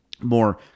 more